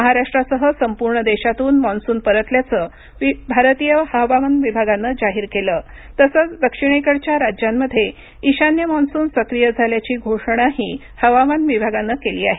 महाराष्ट्रासह संपूर्ण देशातून मान्सून परतल्याचं भारतीय हवामान विभागानं आज जाहीर केलं तसंच दक्षिणेकडच्या राज्यांमध्ये ईशान्य मॉन्सून सक्रिय झाल्याची घोषणाही हवामान विभागानं केली आहे